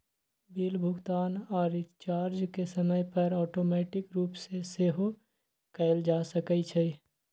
bill भुगतान आऽ recharge के समय पर ऑटोमेटिक रूप से सेहो कएल जा सकै छइ